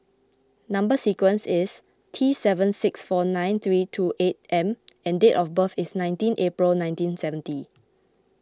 Number Sequence is T seven six four nine three two eight M and date of birth is nineteen April nineteen seventy